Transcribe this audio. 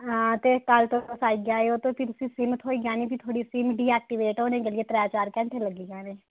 हां ते कल तुस आई जाओ ते फ्ही तुसें सिम थ्होई जानी फ्ही थोआड़ी सिम डीएक्टिवेट होने करियै त्रै चार घैंटे लग्गी जाने